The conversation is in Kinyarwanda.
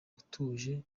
utuje